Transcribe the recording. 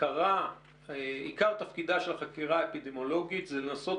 עיקר תפקידה של החקירה האפידמיולוגית היא לנסות